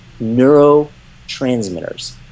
neurotransmitters